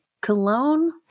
Cologne